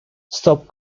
stop